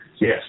Yes